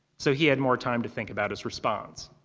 so he had more time to think about his response.